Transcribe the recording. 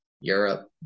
Europe